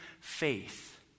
faith